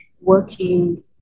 working